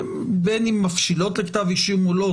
בין אם מבשילות לכתב אישום או לא,